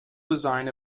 design